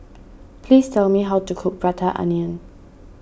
please tell me how to cook Prata Onion